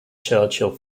churchill